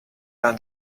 l’un